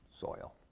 soil